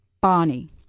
Bonnie